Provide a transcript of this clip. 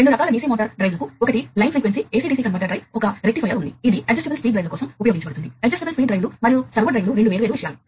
నియంత్రిక ఇది మీ వద్ద ఉన్న డేటా వాస్తవానికి టైం ముల్టీప్లెక్సీడ్ కాబట్టి టైం ముల్టీప్లెక్సీడ్ లేదా మీరు ఒక రకమైన క్యారియర్ ఉపయోగిస్తే అది ఫ్రీక్వెన్సీ డివిజన్ మల్టీప్లెక్స్ అవుతుంది